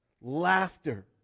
laughter